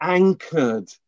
anchored